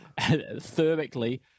thermically